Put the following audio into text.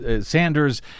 Sanders